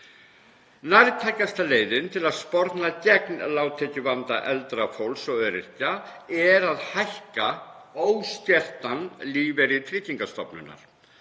Nærtækasta leiðin til að sporna gegn lágtekjuvanda eldra fólks og öryrkja er að hækka óskertan lífeyri Tryggingastofnunar.